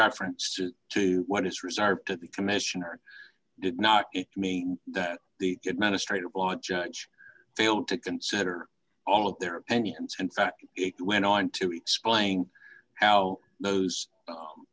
reference to what is reserved at the commissioner did not mean that the administrative law judge failed to consider all of their opinions and went on to explain how those